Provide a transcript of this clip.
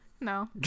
no